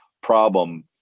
problem